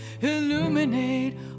ILLUMINATE